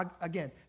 Again